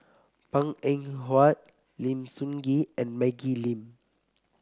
Png Eng Huat Lim Sun Gee and Maggie Lim